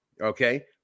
Okay